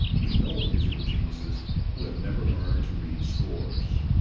we know of musical geniuses who have never learned to read scores.